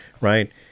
right